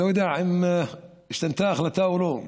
לא יודע אם השתנתה ההחלטה או לא,